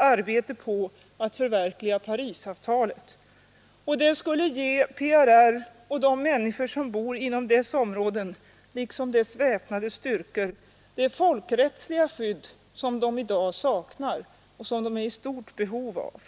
arbete på att förverkliga Parisavtalet, och det skulle ge PRR och de människor som bor inom dess områden liksom dess väpnade styrkor det folkrättsliga skydd som man i dag saknar och som man är i stort behov av.